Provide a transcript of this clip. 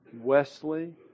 Wesley